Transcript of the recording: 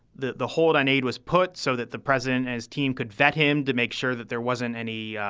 the the hold on aid was put so that the president as team could vet him to make sure that there wasn't any,